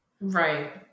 Right